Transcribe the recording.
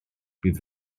bydd